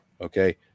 Okay